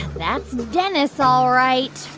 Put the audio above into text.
that's dennis all right.